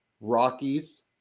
Rockies